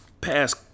past